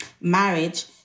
marriage